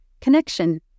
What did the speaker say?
Connection